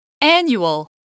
Annual